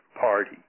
party